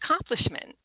accomplishment